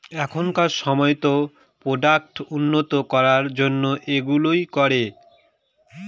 এখনকার সময়তো প্রোডাক্ট উন্নত করার জন্য এইগুলো করে